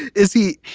is he?